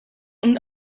und